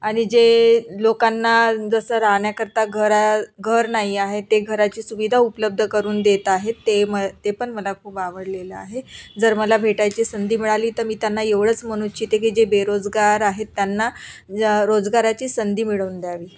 आणि जे लोकांना जसं राहण्याकरिता घरा घर नाही आहे ते घराची सुविधा उपलब्ध करून देत आहेत ते मग ते पण मला खूप आवडलेलं आहे जर मला भेटायची संधी मिळाली तर मी त्यांना एवढंच म्हणू इच्छिते की जे बेरोजगार आहेत त्यांना रोजगाराची संधी मिळवून द्यावी